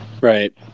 Right